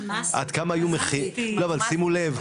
שימו לב,